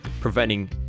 preventing